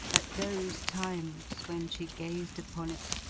at those times, when she gazed upon it,